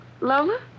Lola